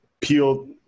peel